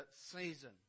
season